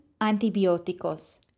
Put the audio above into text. antibióticos